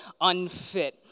unfit